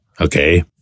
okay